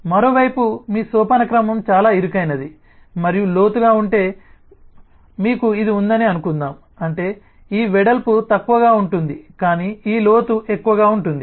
మరోవైపు మీ సోపానక్రమం చాలా ఇరుకైనది మరియు లోతుగా ఉంటే మీకు ఇది ఉందని అనుకుందాం అంటే ఈ వెడల్పు తక్కువగా ఉంటుంది కాని ఈ లోతు ఎక్కువగా ఉంటుంది